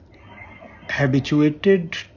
habituated